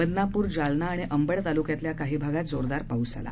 बदनापूर जालना आणि अंबड तालुक्यातल्या काही भागात जोरदार पाऊस झाला